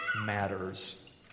matters